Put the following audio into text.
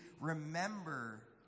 remember